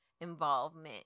involvement